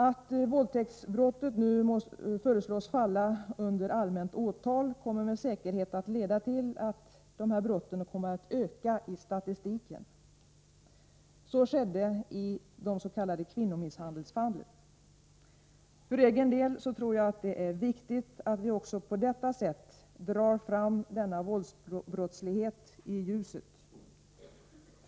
Att våldtäktsbrottet nu föreslås falla under allmänt åtal kommer med säkerhet att leda till att dessa brott kommer att öka i statistiken. Så skedde i des.k. kvinnomisshandelsfallen. För egen del tror jag det är viktigt att vi på detta sätt drar fram också denna våldsbrottslighet i ljuset.